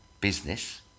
business